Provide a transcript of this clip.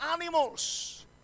animals